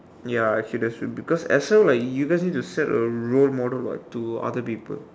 ya actually that's true because Excel like he just have to set a role model what to other people